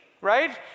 right